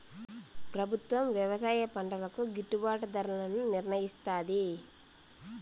ప్రభుత్వం వ్యవసాయ పంటలకు గిట్టుభాటు ధరలను నిర్ణయిస్తాది